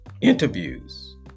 interviews